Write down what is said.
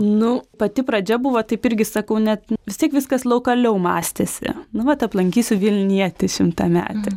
nu pati pradžia buvo taip irgi sakau net vis tiek viskas loukaliau mąstėsi nu vat aplankysiu vilnietį šimtametį